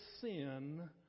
sin